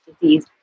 disease